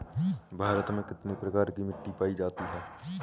भारत में कितने प्रकार की मिट्टी पाई जाती है?